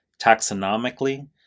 Taxonomically